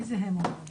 מי אומר?